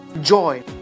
Joy